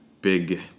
Big